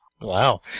Wow